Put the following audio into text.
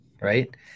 right